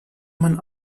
man